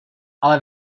ale